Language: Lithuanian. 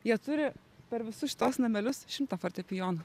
jie turi per visus šituos namelius šimtą fortepijonų